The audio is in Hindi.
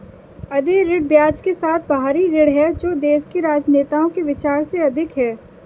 अदेय ऋण ब्याज के साथ बाहरी ऋण है जो देश के राजनेताओं के विचार से अधिक है